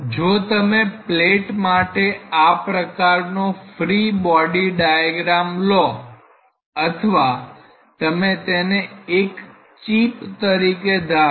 જો તમે પ્લેટ માટે આ પ્રકારનો ફ્રી બોડી ડાયાગ્રામ લો અથવા તમે તેને એક ચીપ તરીકે ધારો